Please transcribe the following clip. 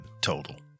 total